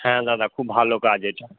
হ্যাঁ দাদা খুব ভালো কাজ এটা